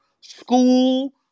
school